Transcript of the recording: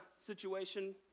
situation